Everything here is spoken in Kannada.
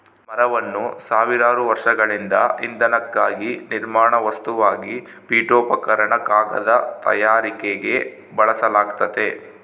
ಮರವನ್ನು ಸಾವಿರಾರು ವರ್ಷಗಳಿಂದ ಇಂಧನಕ್ಕಾಗಿ ನಿರ್ಮಾಣ ವಸ್ತುವಾಗಿ ಪೀಠೋಪಕರಣ ಕಾಗದ ತಯಾರಿಕೆಗೆ ಬಳಸಲಾಗ್ತತೆ